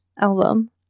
album